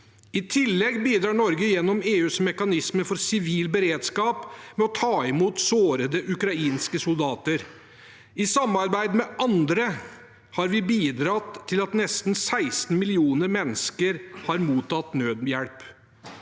I tillegg bidrar Norge gjennom EUs mekanisme for sivil beredskap ved å ta imot sårede ukrainske soldater. I samarbeid med andre har vi bidratt til at nesten 16 millioner mennesker har mottatt nødhjelp.